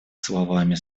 словами